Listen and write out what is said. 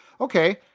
okay